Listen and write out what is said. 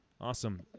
Awesome